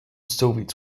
soviets